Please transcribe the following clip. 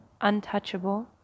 untouchable